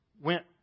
went